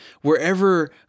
wherever